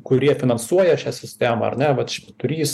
kurie finansuoja šią sistemą ar ne vat švyturys